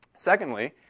Secondly